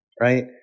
Right